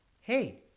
Hey